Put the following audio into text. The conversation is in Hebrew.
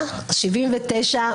79,